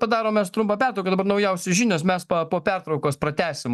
padarom mes trumpą pertrauką dabar naujausios žinios mes po pertraukos pratęsim